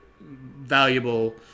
valuable